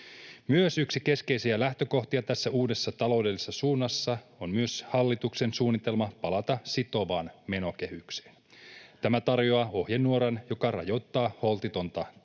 Yksi keskeisiä lähtökohtia tässä uudessa taloudellisessa suunnassa on myös hallituksen suunnitelma palata sitovaan menokehykseen. Tämä tarjoaa ohjenuoran, joka rajoittaa holtitonta